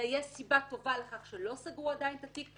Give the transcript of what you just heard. אלא יש סיבה טובה לכך שלא סגרו עדיין את התיק,